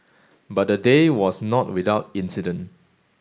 but the day was not without incident